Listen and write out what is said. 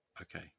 Okay